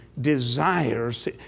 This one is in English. desires